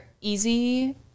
easy